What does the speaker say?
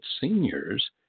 seniors